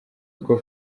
two